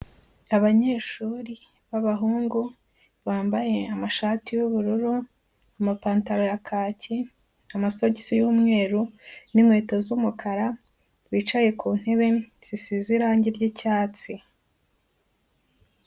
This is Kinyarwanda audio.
Abanyeshuri b'abahungu bambaye amashati y'ubururu, amapantaro ya kaki, amasogisi y'umweru n'inkweto z'umukara, bicaye ku ntebe zisize irangi ry'icyatsi.